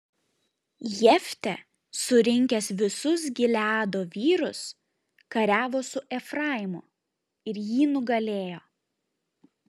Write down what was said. jeftė surinkęs visus gileado vyrus kariavo su efraimu ir jį nugalėjo